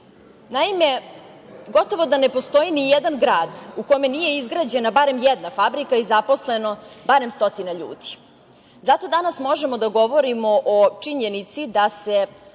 svetu. Naime, gotovo da ne postoji ni jedan grad u kome nije izgrađena barem jedna fabrika i zaposleno barem stotina ljudi. Zato možemo danas da govorimo o činjenici da je